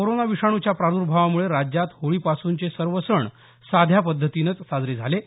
corona विषाणुच्या प्राद्भावामुळे राज्यात होळीपासूनचे सर्व सण साध्या पद्धतीनंच साजरे झाले आहेत